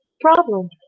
problem